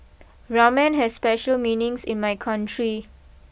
Ramen has special meanings in my country